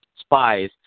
spies